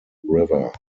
river